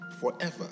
forever